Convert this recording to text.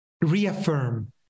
reaffirm